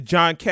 John